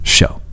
Show